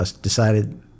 decided